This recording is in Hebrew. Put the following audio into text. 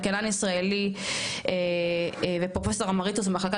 כלכלן ישראלי ופרופסור אמריטוס במחלקה